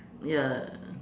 ya